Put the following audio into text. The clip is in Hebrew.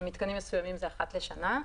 מיתקנים מסוימים זה אחת לשנה.